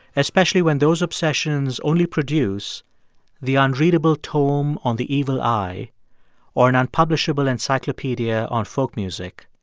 especially when those obsessions only produce the unreadable tome on the evil eye or an unpublishable encyclopedia on folk music,